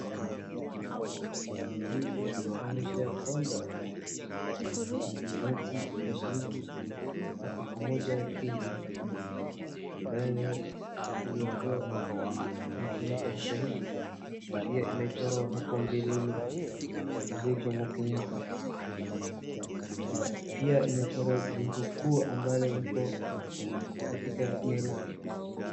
Hii inaonyesha ya kwamba ni noti ya shilingi elfu moja ya Kenya ambayo inatumika sasa hivi na pia imechorwa hapo mbeleni mzee Jomo Kenyatta, pia imechorwa jengo kuu ambalo liko katika Nairobi.